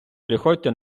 приходьте